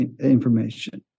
information